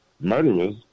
murderers